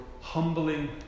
humbling